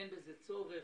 אין בזה צורך.